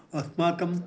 अस्माकं